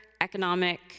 economic